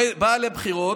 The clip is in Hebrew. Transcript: באה לבחירות,